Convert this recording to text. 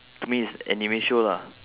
to me is anime show lah